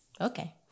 Okay